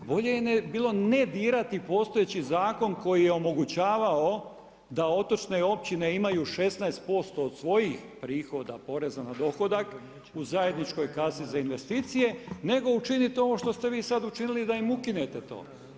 Pa bolje je bilo ne dirate postojeći zakon koji je omogućavao da otočne općine imaju 16% od svojih prihoda poreza na dohodak u zajedničkoj kasi za investicije nego učiniti ovo što ste vi sad učinili da im ukinete to.